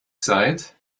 seid